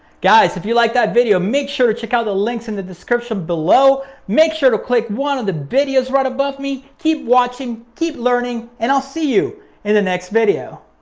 guys, if you liked that video, make sure to check out the links in the description below, make sure to click one of the videos right above me. keep watching learning, and i'll see you in the next video.